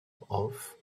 hof